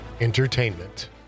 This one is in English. Entertainment